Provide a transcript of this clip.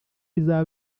bizaba